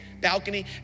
balcony